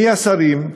מי השרים,